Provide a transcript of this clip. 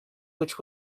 which